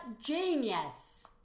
genius